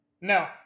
No